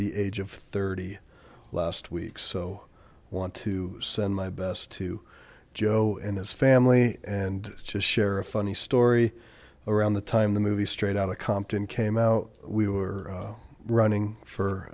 the age of thirty last week so i want to send my best to joe and his family and to share a funny story around the time the movie straight outta compton came out we were running for